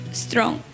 strong